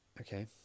Okay